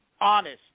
honest